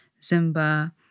Zumba